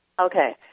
Okay